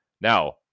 Now